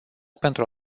pentru